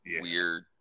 weird